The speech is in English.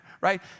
right